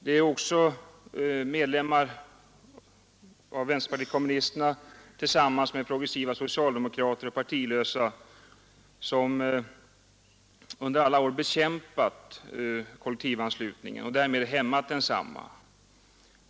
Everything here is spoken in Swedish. Det är också medlemmar av vänsterpartiet kommunisterna, tillsammans med progressiva socialdemokrater och partilösa, som under alla år bekämpat kollektivanslutningen och därmed hämmat densamma.